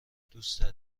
دوستت